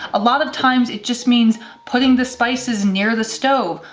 a lot of times, it just means putting the spices near the stove,